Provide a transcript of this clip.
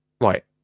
Right